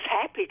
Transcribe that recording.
happy